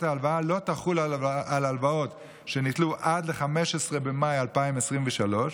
ההלוואה לא תחול על הלוואות שניטלו עד 15 במאי 2023,